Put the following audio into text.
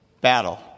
battle